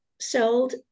sold